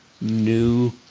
new